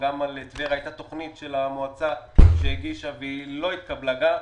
הייתה תוכנית שהמועצה הגישה אבל היא לא התקבלה.